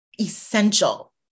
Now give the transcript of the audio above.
essential